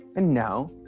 and now,